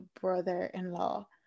brother-in-law